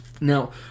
Now